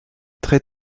très